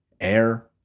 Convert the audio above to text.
air